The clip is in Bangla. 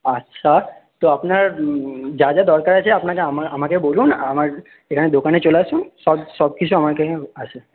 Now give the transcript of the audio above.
আচ্ছা তো আপনার যা যা দরকার আছে আপনাকে আমাকে বলুন আমার এখানে দোকানে চলে আসুন সব সব কিছু আমার এখানেই আছে